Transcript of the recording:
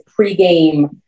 pregame